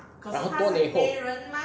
然后多年后